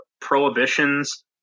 prohibitions